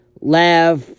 laugh